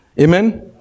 Amen